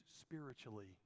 spiritually